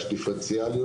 יש דיפרנציאלי,